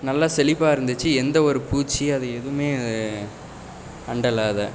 நல்லா செழிப்பாக இருந்துச்சு எந்த ஒரு பூச்சி அது எதுவுமே அண்டல அதை